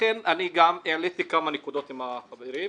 לכן אני גם העליתי כמה נקודות עם החברים.